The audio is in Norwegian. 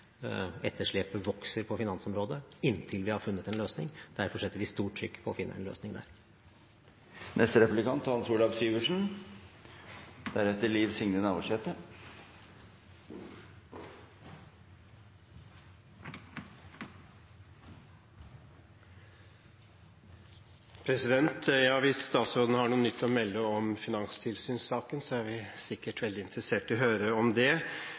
etterslepet vokser på finansområdet inntil vi har funnet en løsning. Derfor setter vi stort trykk på å finne en løsning der. Hvis statsråden har noe nytt å melde om finanstilsynssaken, er vi sikkert veldig interessert i å høre om det.